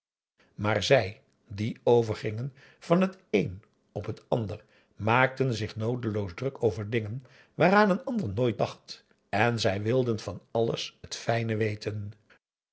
maar zij die overgingen van het een op het ander maakten zich noodeloos druk over dingen waaraan een ander nooit dacht en zij wilden van alles het fijne weten